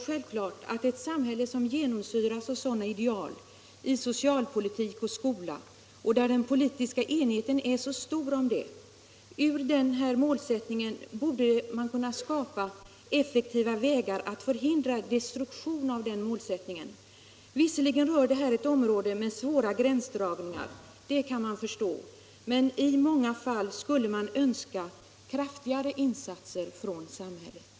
I ett samhälle som genomsyras av sådana ideal i socialpolitik och skola och där den politiska enigheten om detta är så stor, borde man självklart kunna finna vägar att effektivt förhindra destruktion av den målsättningen. Visserligen rör detta ett område med svåra gränsdragningar — det kan man förstå — men i många fall skulle man önska kraftigare insatser från samhället.